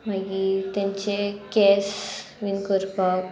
मागी तेंचे केस बीन करपाक